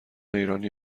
ایرانی